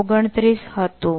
29 હતું